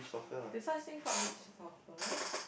the signs thing called beach soccer